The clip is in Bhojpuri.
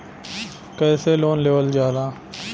कैसे लोन लेवल जाला?